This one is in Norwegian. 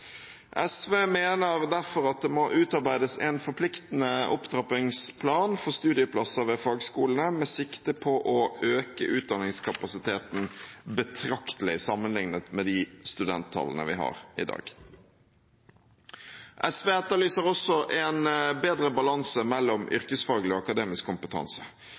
SV mener derfor at det må utarbeides en forpliktende opptrappingsplan for studieplasser ved fagskolene med sikte på å øke utdanningskapasiteten betraktelig sammenliknet med de studenttallene vi har i dag. SV etterlyser også bedre balanse mellom yrkesfaglig og akademisk kompetanse.